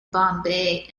bombay